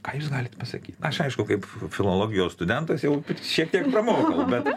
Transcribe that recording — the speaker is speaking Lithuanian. ką jūs galit pasakyt aš aišku kaip filologijos studentas jau šiek tiek pramokau bet